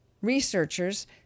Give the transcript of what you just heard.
researchers